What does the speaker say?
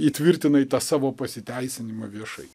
įtvirtinai tą savo pasiteisinimą viešai